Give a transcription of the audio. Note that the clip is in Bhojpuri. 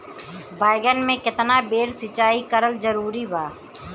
बैगन में केतना बेर सिचाई करल जरूरी बा?